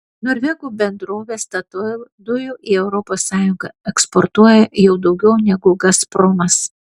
norvegų bendrovė statoil dujų į europos sąjungą eksportuoja jau daugiau negu gazpromas